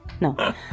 no